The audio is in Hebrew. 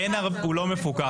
הוא לא מפוקח.